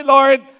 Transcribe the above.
Lord